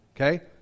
Okay